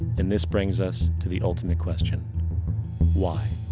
and this brings us to the ultimate question why?